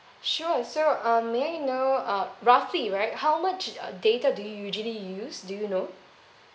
sure so um may I know uh roughly right how much uh data do you usually use do you know